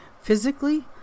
Physically